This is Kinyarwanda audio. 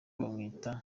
bamwita